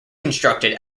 constructed